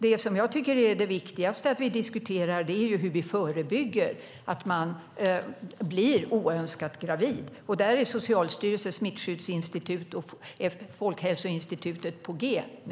Det som jag tycker är det viktigaste att vi diskuterar är hur vi förebygger att man blir oönskat gravid. Där är Socialstyrelsen, Smittskyddsinstitutet och Folkhälsoinstitutet på G.